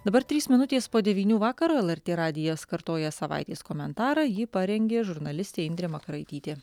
dabar trys minutės po devynių vakaro lrt radijas kartoja savaitės komentarą jį parengė žurnalistė indrė makaraitytė